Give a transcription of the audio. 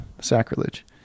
sacrilege